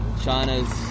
China's